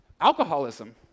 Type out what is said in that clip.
alcoholism